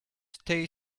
stay